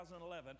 2011